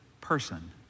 person